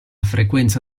frequenza